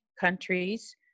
countries